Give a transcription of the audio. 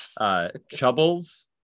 Chubbles